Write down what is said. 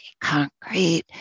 concrete